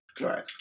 Right